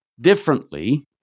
differently